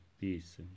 peace